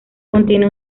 contiene